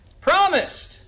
promised